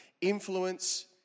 influence